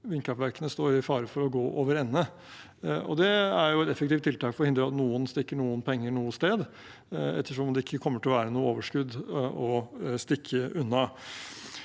vindkraftverkene står i fare for å gå over ende. Det er et effektivt tiltak for å hindre at noen stikker unna noen penger noe sted, ettersom det ikke kommer til å være noe overskudd å stikke unna.